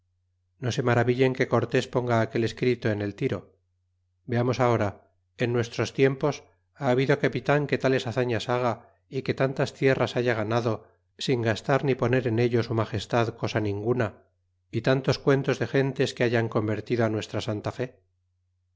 no se maravillen que cortés ponga aquel escrito en el tiro veamos ahora en nuestros tiempos ba habido capitan que tales hazañas haga y que tantas tierras haya ganado sin gastar ni poner mello su magestad cosa ninguna y tantos cuentos de gentes se hayan convertido á nuestra santa fe